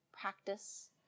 practice